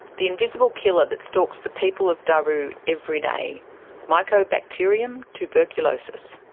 the invisible killer that stalks the people of daru every day mycobacterium tuberculosis.